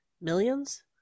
millions